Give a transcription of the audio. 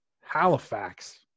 Halifax